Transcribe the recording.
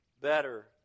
better